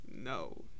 No